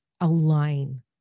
align